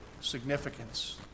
significance